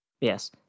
Yes